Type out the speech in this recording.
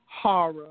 horror